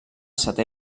setè